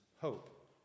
hope